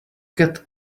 get